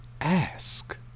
ask